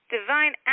divine